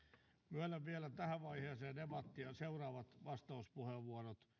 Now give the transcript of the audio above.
myönnän vielä tähän vaiheeseen debattia seuraavat vastauspuheenvuorot